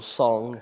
song